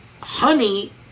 honey